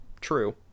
true